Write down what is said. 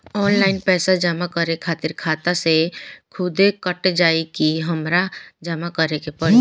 Online पैसा जमा करे खातिर खाता से खुदे कट जाई कि हमरा जमा करें के पड़ी?